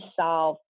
solve